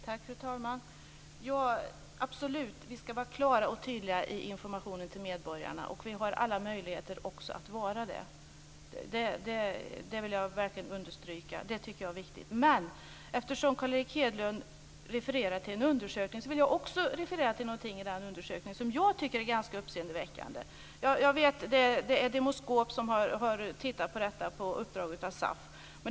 Fru talman! Ja, absolut, vi ska vara klara och tydliga i informationen till medborgarna. Vi har också alla möjligheter att vara det. Det vill jag verkligen understryka. Det tycker jag är viktigt. Men eftersom Carl Erik Hedlund refererar till en undersökning vill jag också referera till någonting i den undersökningen som jag tycker är ganska uppseendeväckande. Jag vet att det är Demoskop som har tittat på detta på uppdrag av SAF.